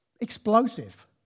explosive